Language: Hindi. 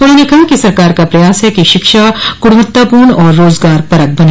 उन्होंने कहा कि सरकार का प्रयास है कि शिक्षा गुणवत्तापूर्ण और रोजगार परक बने